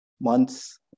months